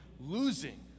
losing